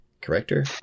Corrector